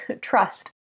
trust